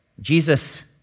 Jesus